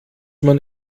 man